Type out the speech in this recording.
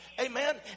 Amen